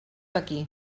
aquí